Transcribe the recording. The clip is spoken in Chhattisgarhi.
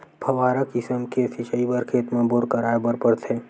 फव्हारा किसम के सिचई बर खेत म बोर कराए बर परथे